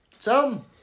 Tom